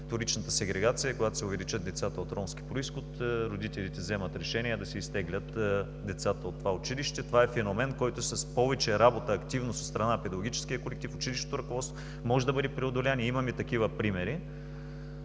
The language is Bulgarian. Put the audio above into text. вторичната сегрегация е, когато се увеличат децата от ромски произход, родителите вземат решение да си изтеглят децата от това училище. Това е феномен, който с повече работа и активност от страна на педагогическия колектив, на училищното ръководство, може да бъде преодолян и имаме такива примери.